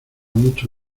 mucho